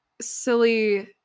silly